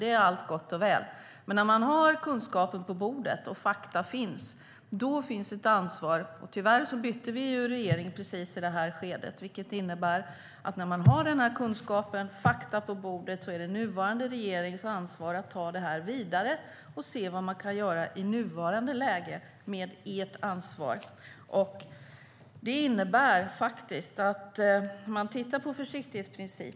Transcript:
Det är allt gott och väl. När man har kunskapen på bordet och när fakta finns har man dock ett ansvar. Tyvärr bytte vi regering i precis det skedet, vilket innebär att det med kunskap och fakta på bordet är den nuvarande regeringens ansvar att ta det vidare och se vad man kan göra i det nuvarande läget. Det är ert ansvar, Peter Hultqvist.